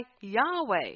Yahweh